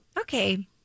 Okay